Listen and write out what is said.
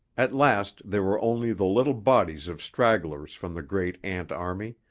at last there were only the little bodies of stragglers from the great ant-army,